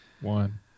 One